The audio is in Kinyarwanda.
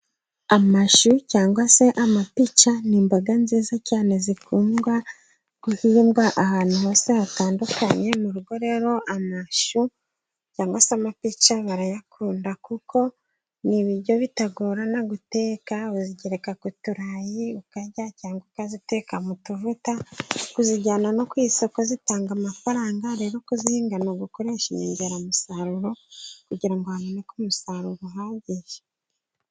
Amashyu cyangwa se amapica ni iboga nziza cyane zikunda guhingwa ahantu hose hatandukanye. Mu rugo rero amashu cyangwa se amapica barayakunda kuko, ni ibiryo bitagorana guteka uzigereka ku turayi, ukarya cyangwa ukaziteka mu tuvuta. Kuzijyana no ku isoko zitanga amafaranga rero kuzihinga ni ugukoresha inyongeramusaruro kugira ngo haboneke umusaruro uhagije.